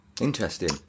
Interesting